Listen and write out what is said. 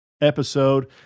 episode